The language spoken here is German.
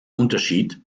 unterschied